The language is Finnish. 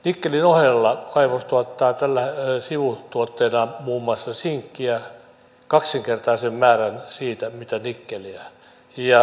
nikkelin ohella kaivos tuottaa sivutuotteenaan muun muassa sinkkiä kaksinkertaisen määrän siitä mitä nikkeliä